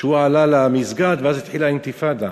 שהוא עלה למסגד ואז התחילה האינתיפאדה,